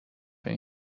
این